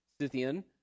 Scythian